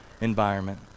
environment